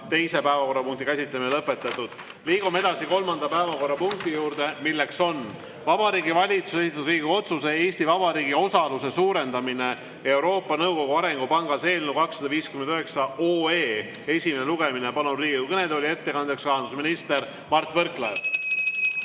teise päevakorrapunkti käsitlemine on lõpetatud. Liigume edasi kolmanda päevakorrapunkti juurde, milleks on Vabariigi Valitsuse esitatud Riigikogu otsuse "Eesti Vabariigi osaluse suurendamine Euroopa Nõukogu Arengupangas" eelnõu 259 esimene lugemine. Palun Riigikogu kõnetooli ettekandeks rahandusminister Mart Võrklaeva!